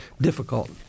difficult